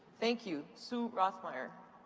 thank you. sue rothmeyer.